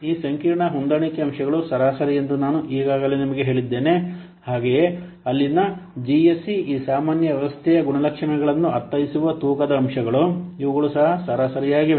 ಈ ಸಂಕೀರ್ಣ ಹೊಂದಾಣಿಕೆ ಅಂಶಗಳು ಸರಾಸರಿ ಎಂದು ನಾನು ಈಗಾಗಲೇ ನಿಮಗೆ ಹೇಳಿದ್ದೇನೆ ಹಾಗೆಯೇ ಅಲ್ಲಿನ ಜಿಎಸ್ ಸಿ ಈ ಸಾಮಾನ್ಯ ವ್ಯವಸ್ಥೆಯ ಗುಣಲಕ್ಷಣಗಳನ್ನು ಅರ್ಥೈಸುವ ತೂಕದ ಅಂಶಗಳು ಇವುಗಳು ಸಹ ಸರಾಸರಿಯಾಗಿವೆ